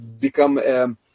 become